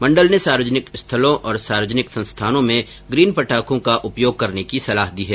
मंडल ने सार्वजनिक स्थलों और सार्वजनिक संस्थानों में ग्रीन पटाखों का उपयोग करने की सलाह दी है